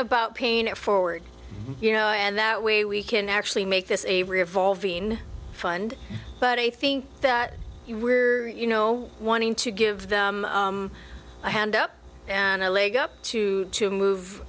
about pain it forward you know and that we we can actually make this a revolving fund but i think that we're you know wanting to give them a hand up and a leg up to to move